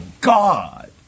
God